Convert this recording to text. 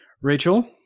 Rachel